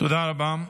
תודה רבה.